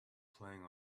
playing